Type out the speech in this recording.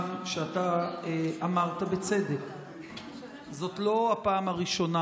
מכיוון שאתה אמרת בצדק שזאת לא הפעם הראשונה